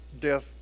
death